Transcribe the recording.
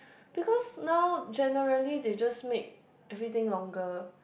because now generally they just make everything longer